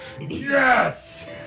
yes